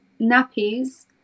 nappies